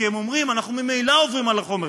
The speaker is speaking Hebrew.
כי הם אומרים: אנחנו ממילא עוברים על החומר.